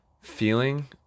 feeling